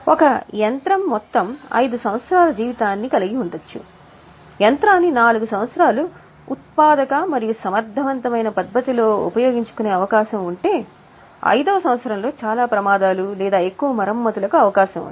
ఒక యంత్రం మొత్తం 5 సంవత్సరాల జీవితాన్ని కలిగి ఉండవచ్చు యంత్రాన్ని 4 సంవత్సరాలు ఉత్పాదక మరియు సమర్థవంతమైన పద్ధతిలో ఉపయోగించుకునే అవకాశం ఉంటే 5 వ సంవత్సరంలో చాలా ప్రమాదాలు లేదా ఎక్కువ మరమ్మతులకు అవకాశం ఉంది